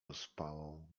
ospałą